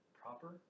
proper